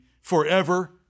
forever